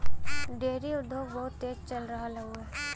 dairy उद्योग बहुत तेज चल रहल हउवे